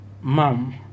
Mom